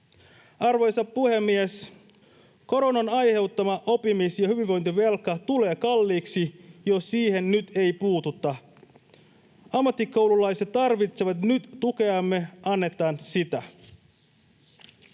Arvoisa puhemies! Koronan aiheuttama oppimis- ja hyvinvointivelka tulee kalliiksi, jos siihen nyt ei puututa. Ammattikoululaiset tarvitsevat nyt tukeamme — annetaan sitä.